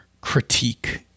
critique